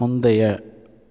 முந்தைய